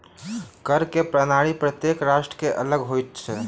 कर के प्रणाली प्रत्येक राष्ट्रक अलग होइत अछि